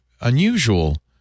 unusual